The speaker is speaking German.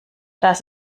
das